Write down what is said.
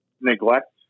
neglect